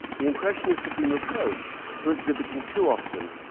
the impressionists have been reproached for exhibiting too often.